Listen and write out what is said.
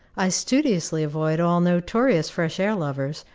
i studiously avoid all notorious fresh-air lovers,